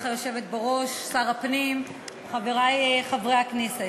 היושבת בראש, תודה לך, שר הפנים, חברי חברי הכנסת,